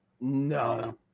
no